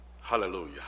Hallelujah